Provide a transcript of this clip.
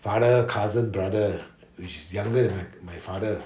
father cousin brother which is younger than my my father